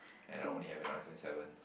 I now only have an iPhone seven